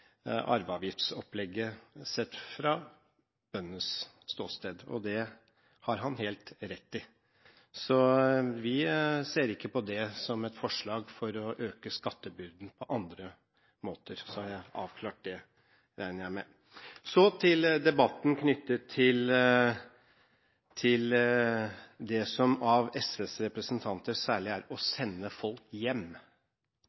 arveavgiftsopplegget, sett fra bøndenes ståsted, og det har han helt rett i. Vi ser ikke på det som et forslag for å øke skattebyrden på andre måter – så har jeg avklart det, regner jeg med. Så til debatten knyttet til det som særlig for SVs representanter er å